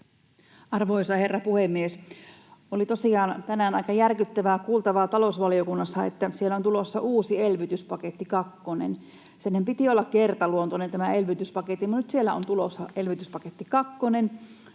Arvoisa herra puhemies! Oli tosiaan tänään aika järkyttävää kuultavaa talousvaliokunnassa, että siellä on tulossa uusi elvytyspaketti kakkonen. Senhän piti olla kertaluontoinen, tämän elvytyspaketin, mutta nyt siellä on tulossa elvytyspaketti